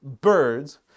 birds